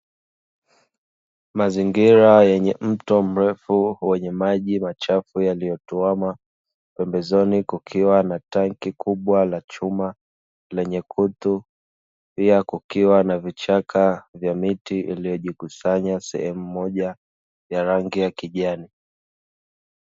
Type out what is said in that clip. Mazingira yenye mto mrefu wenye maji machafu yaliyotuama, pembezoni kukiwa na tenki kubwa la chuma lenye kutu, pia kukiwa na vichaka vya miti vilivyojikusanya sehemu moja vya rangi ya kijani.